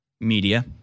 media